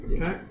Okay